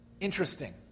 Interesting